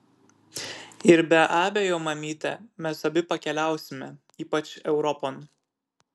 ir be abejo mamyte mes abi pakeliausime ypač europon